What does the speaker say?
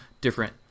different